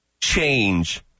change